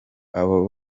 abo